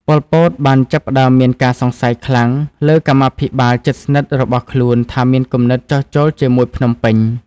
ប៉ុល ពត បានចាប់ផ្ដើមមានការសង្ស័យខ្លាំងលើកម្មាភិបាលជិតស្និទ្ធរបស់ខ្លួនថាមានគំនិតចុះចូលជាមួយភ្នំពេញ។